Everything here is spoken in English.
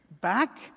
Back